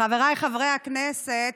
חבריי חברי הכנסת,